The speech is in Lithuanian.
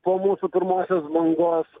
po mūsų pirmosios bangos